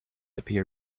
appear